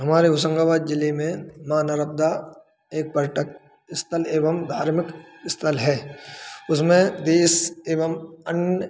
हमारे होशंगाबाद ज़िले में मानरब्दा एक पर्यटक स्थल एवं धार्मिक स्थल है उसमें देश एवं अन्य